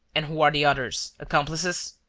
and who are the others? accomplices?